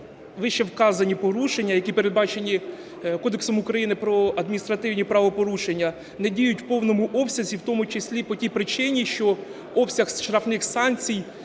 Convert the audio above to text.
вищевказані порушення, які передбачені Кодексом України про адміністративні правопорушення, не діють у повному обсязі, в тому числі і по тій причині, що обсяг штрафних санкцій